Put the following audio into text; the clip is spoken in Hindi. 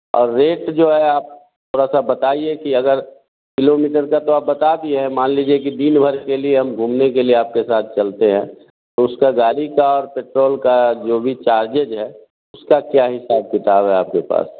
और रेट जो है आप थोड़ा सा बताइए कि अगर किलोमीटर का तो आप बता दिए है मान लीजिए की दिनभर के लिए हम घूमने के लिए आप के साथ चलते हैं तो उसका गाड़ी का और पेट्रोल का जो भी चार्जेज है उसका क्या हिसाब किताब है आपके पास